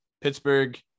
Pittsburgh